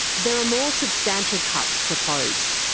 there are more substantial cuts proposed.